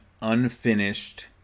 unfinished